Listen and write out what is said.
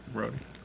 Brody